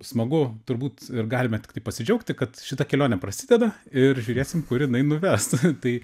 smagu turbūt ir galime tiktai pasidžiaugti kad šita kelionė prasideda ir žiūrėsim kur jinai nuves tai